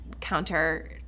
counter